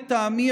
לטעמי,